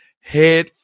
head